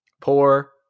Poor